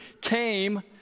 came